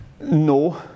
No